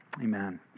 Amen